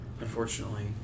unfortunately